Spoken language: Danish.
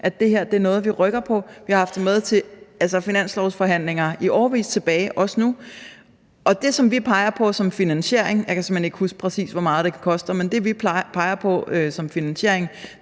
at det her er noget, vi rykker på. Vi har haft det med til finanslovsforhandlinger i årevis og også nu. Det, som vi peger på som finansiering – jeg kan simpelt hen ikke huske, præcis hvor meget det koster – er i den sammenhæng,